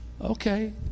okay